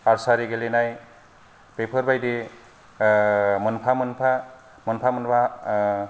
आरसारी गेलेनाय बेफोरबादि मोनफा मोनफा मोनफा मोनफा